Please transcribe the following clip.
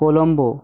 Colombo